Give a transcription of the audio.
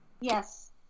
Yes